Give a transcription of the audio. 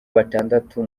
batandatu